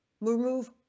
remove